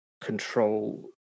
control